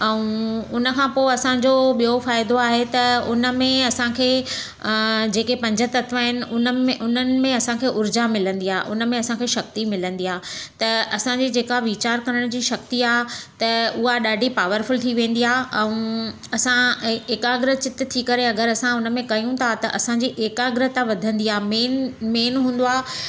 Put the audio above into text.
ऐं उन खां पोइ असांजो ॿियों फ़ाइदो आहे त उनमें असांखे जेके पंज तत्व आहिनि उन्हनि उन्हनि में असांखे उर्जा मिलंदी आहे उनमें असांखे शक्ती मिलंदी आहे त असांजी जेका वीचार करण जी शक्ति आहे त उहा ॾाढी पावरफुल थी वेंदी आहे ऐं असां एकाग्रचित थी करे अगरि असां हुनमें कयूं था त असांजी एकाग्रता वधंदी आ मेन मेन हूंदो आहे